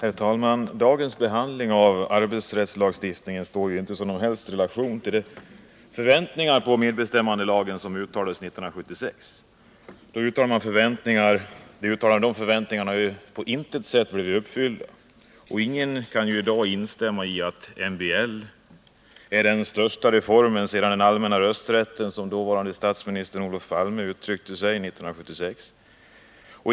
Herr talman! Dagens behandling av arbetsrättslagstiftningen står ju inte i någon som helst relation till de förväntningar på medbestämmandelagen som uttalades 1976. De uttalade förväntningarna har ju på intet sätt blivit uppfyllda. Ingen kan i dag säga att MBL är ”den största reformen sedan den allmänna rösträtten” , som den dåvarande statsministern Olof Palme uttryckte sig 1976.